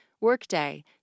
Workday